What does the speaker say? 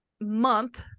month